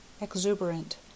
exuberant